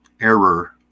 error